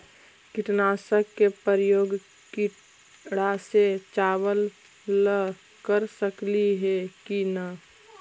कीटनाशक के उपयोग किड़ा से बचाव ल कर सकली हे की न?